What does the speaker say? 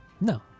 No